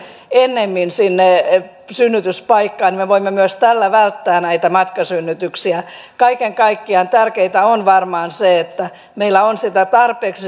ennemmin sinne synnytyspaikkaan niin me voimme myös tällä välttää näitä matkasynnytyksiä kaiken kaikkiaan tärkeintä on varmaan se että meillä on tarpeeksi